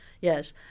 yes